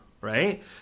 right